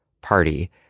Party